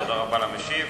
תודה רבה למשיב.